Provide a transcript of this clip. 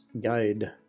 Guide